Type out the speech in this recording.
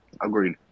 Agreed